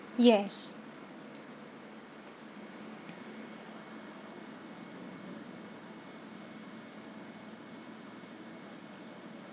yes